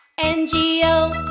n g o